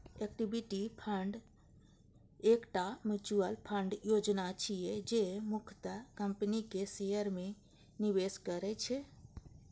equity fund एकटा mutual fund योजना छियै, जे मुख्यतः कंपनीक शेयर मे निवेश करै छै